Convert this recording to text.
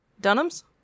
dunham's